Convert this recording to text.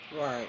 Right